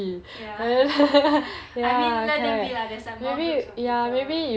ya I mean let them be lah there's like more groups of people